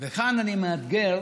תכף אני אגיד